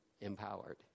empowered